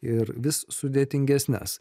ir vis sudėtingesnes